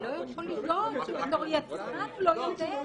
לא יכול להיות שבתור יצרן הוא לא יודע.